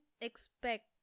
expect